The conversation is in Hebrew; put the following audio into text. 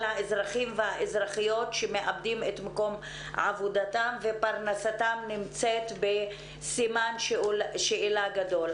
האזרחים והאזרחיות שמאבדים את מקום עבודתם ופרנסתם נמצאת בסימן שאלה גדול.